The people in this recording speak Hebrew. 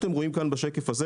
אתם רואים בשקף הזה